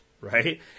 right